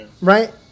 right